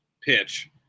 pitch